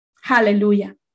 Hallelujah